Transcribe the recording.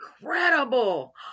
incredible